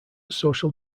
social